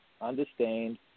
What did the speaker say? Understand